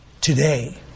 today